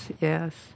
yes